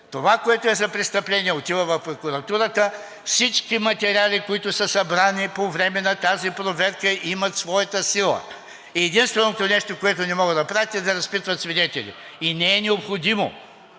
Това, което е за престъпление, отива в прокуратурата. Всички материали, които са събрани по време на тази проверка, имат своята сила. Единственото нещо, което не могат да правят, е да разпитват свидетели и не е необходимо.